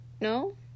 No